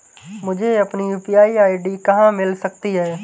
मुझे अपनी UPI ID कहां मिल सकती है?